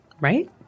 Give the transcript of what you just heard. right